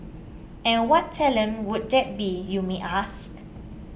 and what talent would that be you may ask